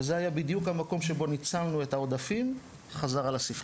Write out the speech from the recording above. וזה היה בדיוק המקום שבו ניצלנו את העודפים חזרה לספריות.